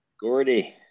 Gordy